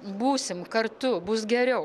būsim kartu bus geriau